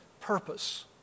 purpose